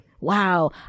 Wow